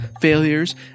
failures